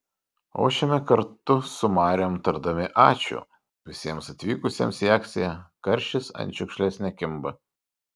ošiame kartu su mariom tardami ačiū visiems atvykusiems į akciją karšis ant šiukšlės nekimba